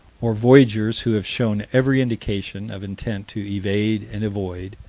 or voyagers who have shown every indication of intent to evade and avoid,